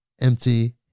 empty